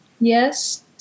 Yes